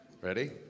Ready